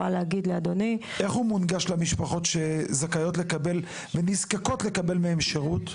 איך הוא מונגש למשפחות שזכאיות ונזקקות לקבל מהן שירות?